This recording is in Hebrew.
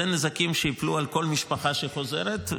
אלה נזקים שייפלו על כל משפחה שחוזרת.